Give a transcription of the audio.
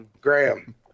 Graham